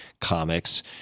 comics